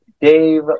Dave